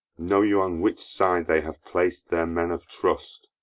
know you on which side they have placed their men of trust?